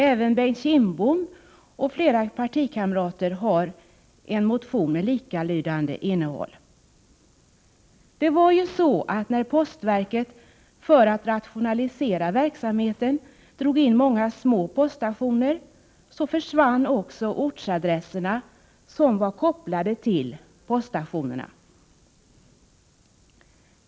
Även Bengt Kindbom m.fl. partikamrater har väckt en motion med liknande innehåll. Det var ju så, att när postverket för att rationalisera verksamheten drog in många små poststationer försvann också postadresserna som var kopplade till poststationerna.